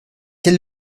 quel